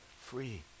free